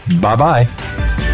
Bye-bye